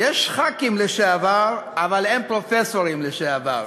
"יש ח"כים לשעבר, אבל אין פרופסורים לשעבר".